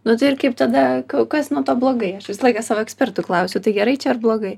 na tai ir kaip tada kas nuo to blogai aš visą laiką savo ekspertų klausiu tai gerai čia ar blogai